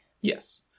Yes